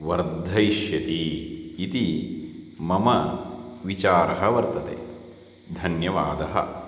वर्धयिष्यति इति मम विचारः वर्तते धन्यवादः